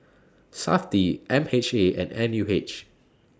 Safti M H A and N U H